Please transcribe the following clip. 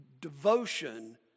devotion